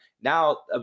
Now